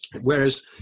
Whereas